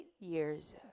years